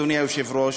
אדוני היושב-ראש,